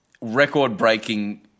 record-breaking